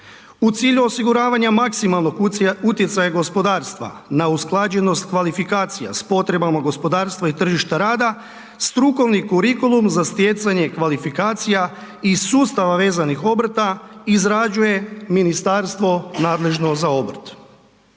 u cilju osiguravanja maksimalnog utjecaja gospodarstva na usklađenost kvalifikacija s potrebama gospodarstva i tržišta rada, strukovni kurikulum za stjecanje kvalifikacija iz sustava vezanih obrta izrađuje Ministarstvo nadležno za obrt.